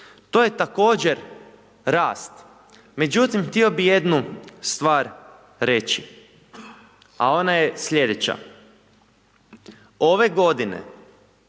To je također rast, međutim, htio bi' jednu stvar reći, a ona je sljedeća, ove godine,